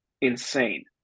insane